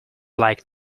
like